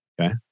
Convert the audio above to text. Okay